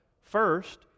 First